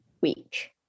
week